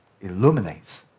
illuminates